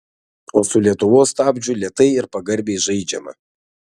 o su lietuvos stabdžiu lėtai ir pagarbiai žaidžiama